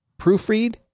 proofread